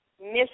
miss